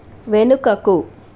వెనుకకు